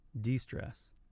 de-stress